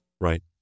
Right